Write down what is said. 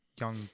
young